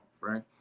right